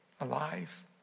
alive